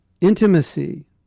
intimacy